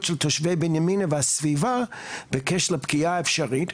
של תושבי בנימינה והסביבה בקשר לפגיעה האפשרית.